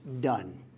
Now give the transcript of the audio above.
done